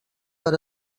per